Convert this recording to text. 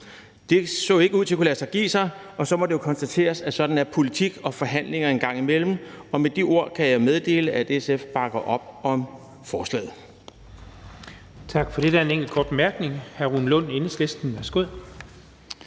Det så ikke ud til at kunne lade sig give sig, og så må det jo konstateres, at sådan er politik og forhandlinger engang imellem. Og med de ord kan jeg meddele, at SF bakker op om forslaget.